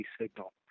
signal